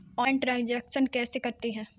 Online transaction कैसे करते हैं?